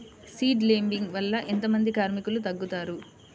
Seed లేంబింగ్ వల్ల ఎంత మంది కార్మికులు తగ్గుతారు?